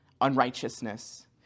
unrighteousness